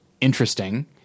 interesting